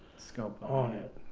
scope on it.